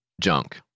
Junk